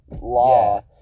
law